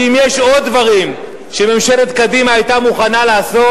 שאם יש עוד דברים שממשלת קדימה היתה מוכנה לעשות,